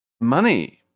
money